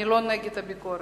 אני לא נגד ביקורת,